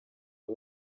abo